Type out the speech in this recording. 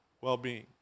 well-being